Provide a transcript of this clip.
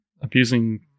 abusing